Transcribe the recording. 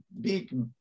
big